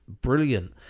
brilliant